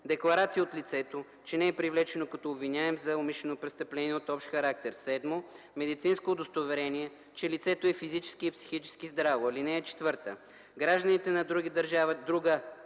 декларация от лицето, че не е привлечено като обвиняем за умишлено престъпление от общ характер; 7. медицинско удостоверение, че лицето е физически и психически здраво. (4) Гражданите на друга държава –